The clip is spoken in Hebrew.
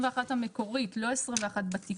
21 המקורית, לא 21 בתיקון.